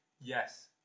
Yes